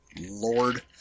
lord